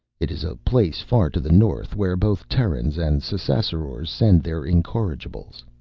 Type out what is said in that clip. it is a place far to the north where both terrans and ssassarors send their incorrigibles.